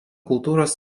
kultūros